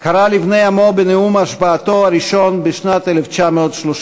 קרא לבני עמו בנאום השבעתו הראשון, בשנת 1933: